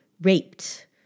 raped